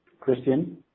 Christian